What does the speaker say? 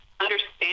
understand